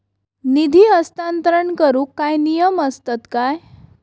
निधी हस्तांतरण करूक काय नियम असतत काय?